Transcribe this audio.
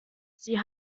sie